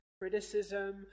criticism